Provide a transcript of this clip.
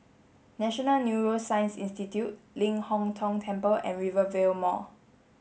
National Neuroscience Institute Ling Hong Tong Temple and Rivervale Mall